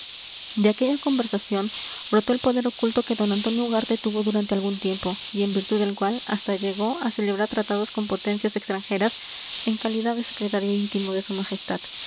de aquella conversación brotó el poder oculto que d antonio ugarte tuvo durante algún tiempo y en virtud del cual hasta llegó a celebrar tratados con potencias extranjeras en calidad de secretario íntimo de su majestad